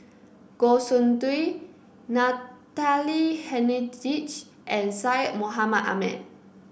Goh Soon Tioe Natalie Hennedige and Syed Mohamed Ahmed